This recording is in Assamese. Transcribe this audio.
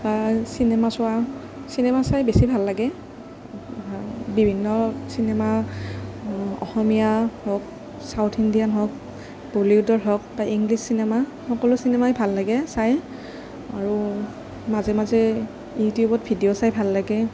বা চিনেমা চোৱা চিনেমা চাই বেছি ভাল লাগে বিভিন্ন চিনেমা অসমীয়া হওক চাউথ ইণ্ডিয়ান হওক বলিউদৰ হওক বা ইংলিছ চিনেমা সকলো চিনেমাই ভাল লাগে চাই আৰু মাজে মাজে ইউটিউবত ভিডিঅ' চাই ভাল লাগে